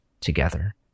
together